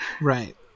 Right